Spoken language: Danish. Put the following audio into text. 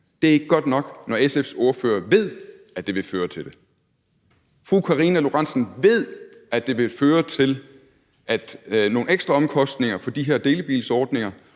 Det er ikke godt nok, når SF's ordfører ved, at det ville føre til det. Fru Karina Lorentzen Dehnhardt ved, at det vil føre til nogle ekstra omkostninger for de her delebilsordninger,